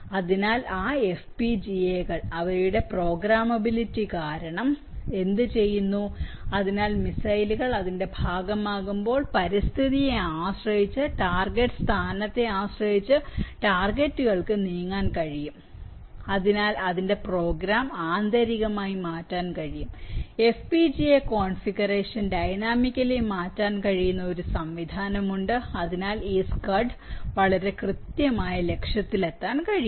അതിനാൽ ആ FPGA കൾ അവരുടെ പ്രോഗ്രാമബിലിറ്റി കാരണം എന്തുചെയ്യുന്നു അതിനാൽ മിസൈലുകൾ അതിന്റെ ഭാഗമാകുമ്പോൾ പരിസ്ഥിതിയെ ആശ്രയിച്ച് ടാർഗെറ്റിന്റെ സ്ഥാനത്തെ ആശ്രയിച്ച് ടാർഗെറ്റുകകൾക്കും നീങ്ങാൻ കഴിയും അതിനാൽ അതിന്റെ പ്രോഗ്രാം ആന്തരികമായി മാറ്റാൻ കഴിയും FPGA കോൺഫിഗറേഷൻ ഡയനാമിക്കലി മാറ്റാൻ കഴിയുന്ന ഒരു സംവിധാനമുണ്ട് അതിനാൽ ഈ സ്കഡ് വളരെ കൃത്യമായി ലക്ഷ്യത്തിലെത്താൻ കഴിയും